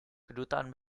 kedutaan